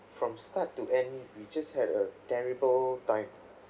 from start to end we just had a terrible time